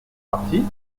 parti